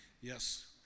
Yes